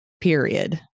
period